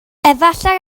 efallai